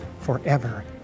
forever